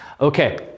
Okay